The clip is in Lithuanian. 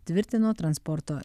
tvirtino transporto